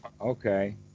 okay